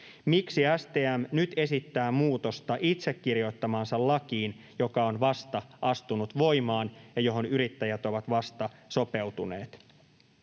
Miksi STM nyt esittää muutosta itse kirjoittamaansa lakiin, joka on vasta astunut voimaan ja johon yrittäjät ovat vasta sopeutuneet?